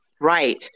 right